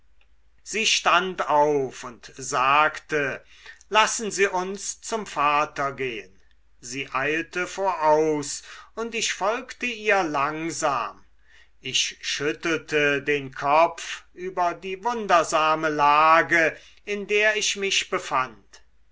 sie stand auf und sagte lassen sie uns zum vater gehen sie eilte voraus und ich folgte ihr langsam ich schüttelte den kopf über die wundersame lage in der ich mich befand